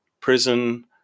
prison